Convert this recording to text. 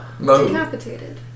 Decapitated